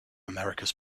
americas